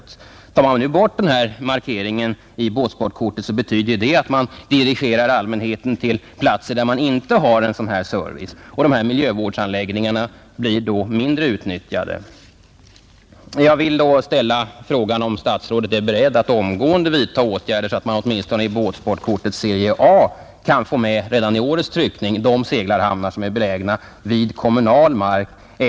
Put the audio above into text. Tar man nu bort markeringen på båtsportkorten betyder det att man inte dirigerar allmänheten till platser där man har sådan service, och de här miljövårdsanläggningarna blir då mindre utnyttjade.